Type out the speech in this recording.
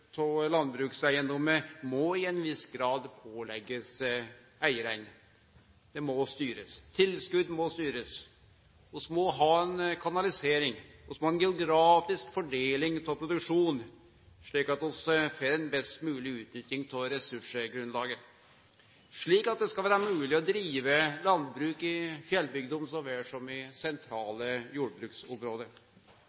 og drift av landbrukseigedomar må i ein viss grad bli pålagd eigarane, det må bli styrt, tilskott må bli styrt, vi må ha ei kanalisering, vi må ha ei geografisk fordeling av produksjonen, slik at vi får ei best mogleg utnytting av ressursgrunnlaget, og det skal vere mogleg å drive landbruk i fjellbygdene så vel som i